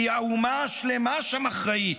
כי 'האומה השלמה שם אחראית'".